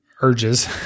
urges